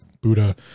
Buddha